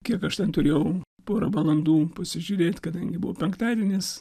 kiek aš ten turėjau porą valandų pasižiūrėt kadangi buvo penktadienis